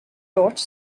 torch